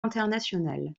international